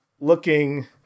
looking